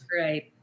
Right